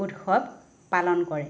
উৎসৱ পালন কৰে